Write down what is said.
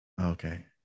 Okay